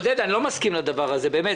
עודד, אני לא מסכים לדבר הזה, באמת.